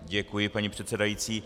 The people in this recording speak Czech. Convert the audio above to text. Děkuji, paní předsedající.